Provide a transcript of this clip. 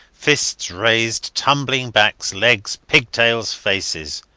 fists raised, tumbling backs, legs, pigtails, faces.